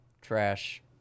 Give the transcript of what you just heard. Trash